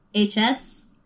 HS